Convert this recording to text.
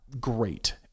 great